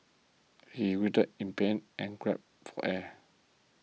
he writhed in pain and gasped for air